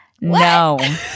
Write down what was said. no